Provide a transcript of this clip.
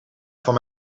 van